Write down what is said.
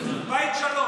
השר אמסלם,